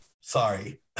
Sorry